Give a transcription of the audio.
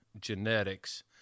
genetics